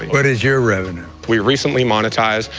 what is your revenue? we recently monetized,